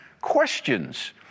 questions